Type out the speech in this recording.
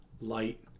light